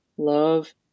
love